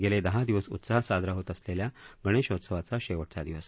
गेले दहा दिवस उत्साहात साजरा होत असलेल्या गणेशोत्सवाचा शेवटचा दिवस